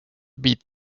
beat